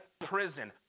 prison